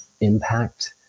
impact